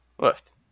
Left